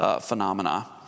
phenomena